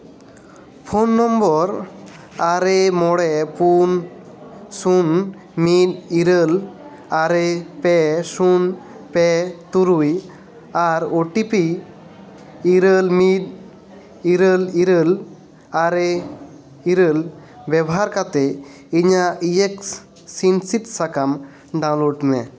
phone number ᱟᱨᱮ ᱢᱚᱬᱮ ᱯᱩᱱ ᱥᱩᱱ ᱢᱤᱫ ᱤᱨᱟᱹᱞ ᱟᱨᱮ ᱯᱮ ᱥᱩᱱ ᱥᱩᱱ ᱯᱮ ᱛᱩᱨᱩᱭ ᱟᱨ ᱳᱴᱤᱯᱤ ᱤᱨᱟᱹᱞ ᱢᱤᱫ ᱤᱨᱟᱹᱞ ᱤᱨᱟᱹᱞ ᱟᱨᱮ ᱤᱨᱟᱹᱞ ᱵᱮᱵᱚᱦᱟᱨ ᱠᱟᱛᱮᱫ ᱤᱧᱟᱹᱜ ᱤᱭᱮᱠᱥᱤᱱ ᱥᱤᱫᱽ ᱥᱟᱠᱟᱢ ᱰᱟᱣᱩᱱᱞᱳᱰ ᱢᱮ